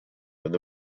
with